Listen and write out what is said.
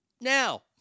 Now